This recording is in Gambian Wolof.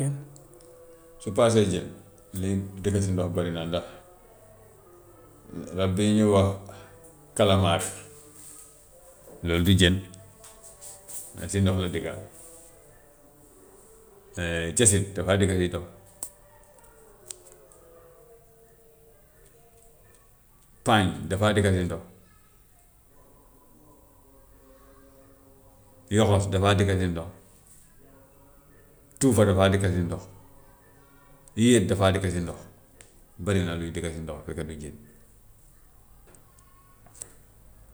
su paasee jën li dëkk si ndox bari na ndax rab bii ñuy wax kalamaare loolu du jën waaye si ndox la dëkka jasit dafaa dëkk si ndox paañ dafaa dëkk si ndox yoxos dafaa dëkk si ndox, tuufa dafaa dëkk si ndox, yéet dafaa dëkk si ndox, bëri na luy dëkk si ndox fekk du jën.